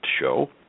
show